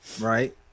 Right